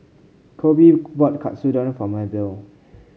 Kobe bought Katsudon for Maebelle